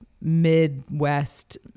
Midwest